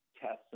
tests